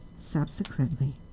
subsequently